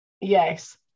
yes